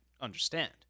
understand